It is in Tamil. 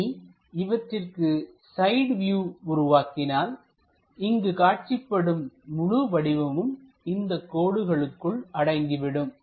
இனி இவற்றிற்கு சைடு வியூ உருவாக்கினால் இங்கு காட்சிபடும் முழு வடிவமும் இந்த கோடுகளுக்குள் அடங்கிவிடும்